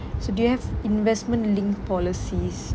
so do you have investment linked policies